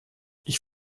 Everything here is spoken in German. ich